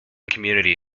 community